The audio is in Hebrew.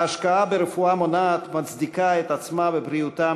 ההשקעה ברפואה מונעת מצדיקה את עצמה בבריאותם